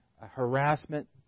harassment